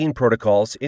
protocols